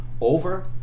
over